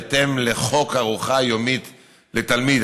בהתאם לחוק ארוחה יומית לתלמיד,